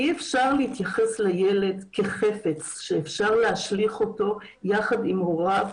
אי אפשר להתייחס לילד כחפץ שאפשר להשליך אותו יחד עם הוריו,